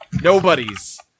Nobody's